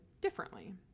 differently